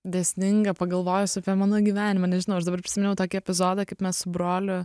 dėsninga pagalvojus apie mano gyvenimą nežinau aš dabar prisiminiau tokį epizodą kaip mes su broliu